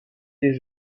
les